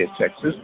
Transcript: Texas